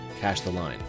cashtheline